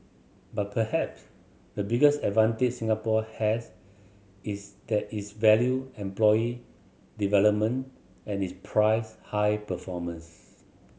but perhaps the biggest advantage Singapore has is that is value employee development and it prize high performance